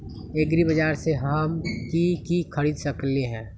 एग्रीबाजार से हम की की खरीद सकलियै ह?